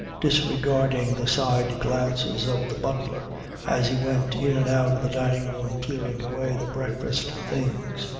disregarding the side-glances of the butler as he went in and out of the dining-room clearing away the breakfast things.